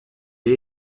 est